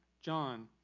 John